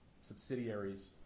subsidiaries